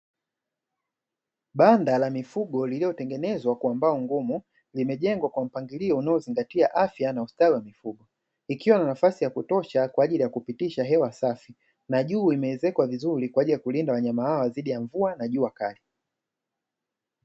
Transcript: Banda la mifugo lililotengenezwa kwa mbao ngumu limejengwa kwa mpangilio unaozingatia afya na ustawi wa mifugo, ikiwa na nafasi ya kutosha kwa ajili ya kupitisha hewa safi na juu limeezekwa vizuri kwa ajili ya kulinda wanyama hawa dhidi ya mvua na jua kali.